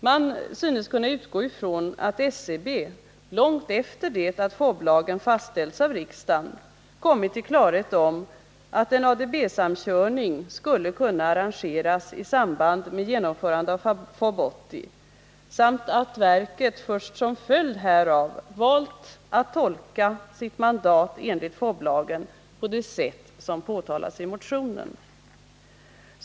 Man synes kunna utgå ifrån att SCB, långt efter det att FoB-lagen fastställts av riksdagen, kommit till klarhet om att en ADB-samkörning skulle kunna arrangeras i samband med genomförande av FoB 80 samt att verket först som följd härav valt att tolka sitt mandat enligt FoB-lagen på det sätt som påtalats i motionen.